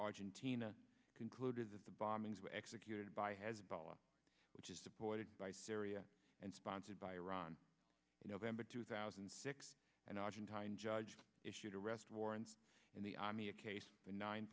argentina concluded that the bombings were executed by hezbollah which is supported by syria and sponsored by iran november two thousand and six and argentinian judge issued arrest warrants in the army a case of nine